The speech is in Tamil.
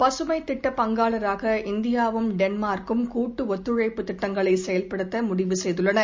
பசுமை திட்டப் பங்காளராக இந்தியாவும் டென்மார்க்கும் கூட்டு ஒத்துழைப்பு திட்டங்களை செயல்படுத்த முடிவு செய்துள்ளன